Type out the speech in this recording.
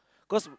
cause